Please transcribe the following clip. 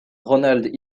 ronald